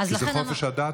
כי זה חופש הדת,